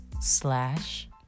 slash